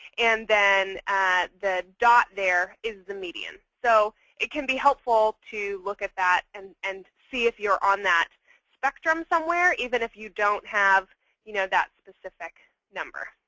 and then the dot there is the median. so it can be helpful to look at that and and see if you're on that spectrum somewhere, even if you don't have you know that specific number.